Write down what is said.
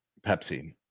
Pepsi